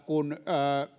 kun